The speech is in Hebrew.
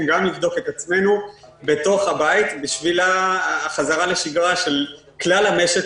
גם לבדוק את עצמנו בתוך הבית בשביל החזרה לשגרה של כלל המשק,